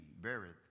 beareth